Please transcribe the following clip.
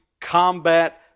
combat